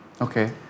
Okay